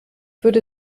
würde